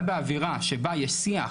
אבל באווירה שבה יש שיח